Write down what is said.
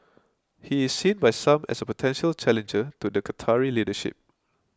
he is seen by some as a potential challenger to the Qatari leadership